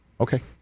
Okay